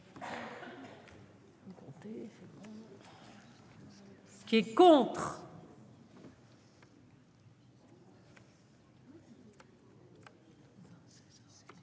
Qui est contre.